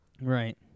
Right